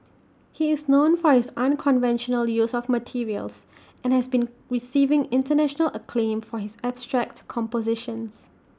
he is known for his unconventional use of materials and has been receiving International acclaim for his abstract compositions